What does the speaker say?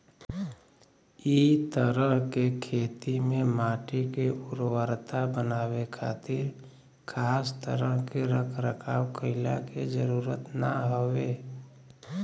इ तरह के खेती में माटी के उर्वरता बनावे खातिर खास तरह के रख रखाव कईला के जरुरत ना हवे